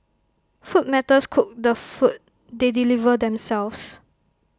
food matters cook the food they deliver themselves